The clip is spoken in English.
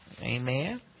Amen